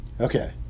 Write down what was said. Okay